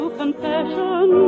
confession